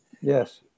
Yes